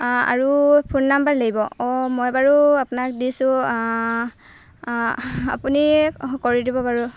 আৰু phone number লাগিব অঁ মই বাৰু আপোনাক দিছোঁ আপুনি কৰি দিব বাৰু